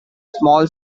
small